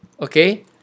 Okay